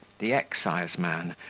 the exciseman,